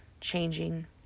changing